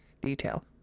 detail